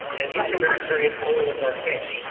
and eastern bare ah terre it's only with archaea.